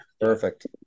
Perfect